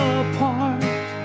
apart